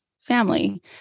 family